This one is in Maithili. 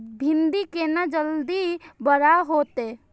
भिंडी केना जल्दी बड़ा होते?